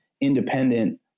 independent